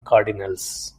cardinals